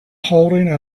holding